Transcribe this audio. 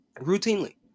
Routinely